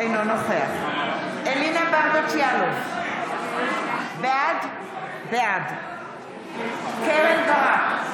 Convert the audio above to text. אינו נוכח אלינה ברדץ' יאלוב, בעד קרן ברק,